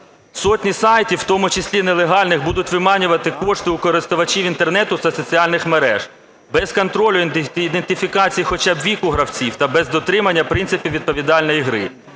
Сотні сайтів, в тому числі нелегальних, будуть виманювати кошти у користувачів Інтернету та соціальних мереж без контролю та ідентифікації хоча б віку гравців та без дотримання принципів відповідальної гри.